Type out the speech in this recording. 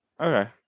Okay